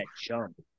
jump